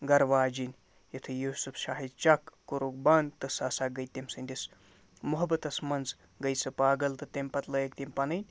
گَرٕ واجِنۍ یُتھُے یوٗسُف شاہہِ شَک کورُکھ بَنٛد تہٕ سۄ ہسا گٔے تٔمۍ سٕنٛدِس محبَتَس منٛز گٔے سۄ پاگَل تہٕ تَمہِ پتہٕ لٲگۍ تٔمۍ پَنٕنۍ